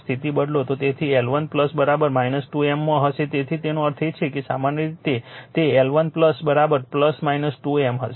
તેથી તે L1 2 M માં હશે તેથી તેનો અર્થ એ કે સામાન્ય રીતે તે L1 2 M હશે